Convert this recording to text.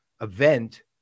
event